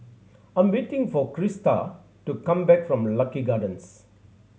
I' m waiting for Crysta to come back from Lucky Gardens